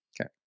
Okay